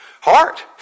heart